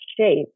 shape